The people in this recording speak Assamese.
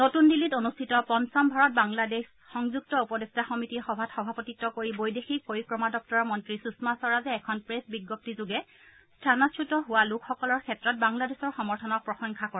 নতুন দিল্লীত অনুষ্ঠিত পঞ্চম ভাৰত বাংলাদেশ সংযুক্ত উপদেষ্টা সমিতিৰ সভাত সভাপতিত্ব কৰি বৈদেশিক পৰিক্ৰমা দপ্তৰৰ মন্ত্ৰী সুষমা স্বৰাজে এখন প্ৰেছ বিজ্ঞপ্তি যোগে স্থানাচ্যুত হোৱা লোকসকলৰ ক্ষেত্ৰত বাংলাদেশৰ সমৰ্থনক প্ৰশংসা কৰে